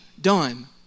done